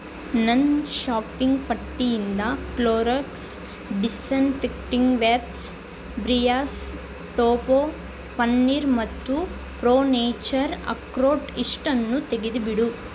ನನ್ನ ಶಾಪಿಂಗ್ ಪಟ್ಟಿಯಿಂದ Clorox disinfecting wipes ಬ್ರಿಯಾಸ್ಪ್ ತೋಪೊ ಪನ್ನೀರ್ ಮತ್ತು ಪ್ರೋ ನೇಚರ್ ಅಖ್ರೋಟ್ ಇಷ್ಟನ್ನೂ ತೆಗೆದುಬಿಡು